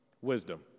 wisdom